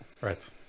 Right